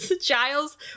Giles